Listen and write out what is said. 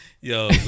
yo